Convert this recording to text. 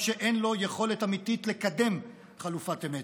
שאין לו יכולת אמיתית לקדם חלופת אמת.